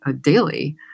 daily